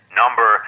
number